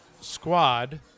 squad